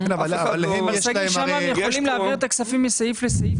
יש לו --- שם הם יכולים להעביר את הכספים מסעיף לסעיף.